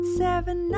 seven